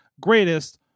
greatest